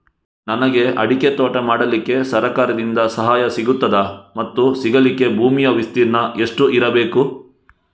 ನನಗೆ ಅಡಿಕೆ ತೋಟ ಮಾಡಲಿಕ್ಕೆ ಸರಕಾರದಿಂದ ಸಹಾಯ ಸಿಗುತ್ತದಾ ಮತ್ತು ಸಿಗಲಿಕ್ಕೆ ಭೂಮಿಯ ವಿಸ್ತೀರ್ಣ ಎಷ್ಟು ಇರಬೇಕು?